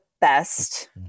best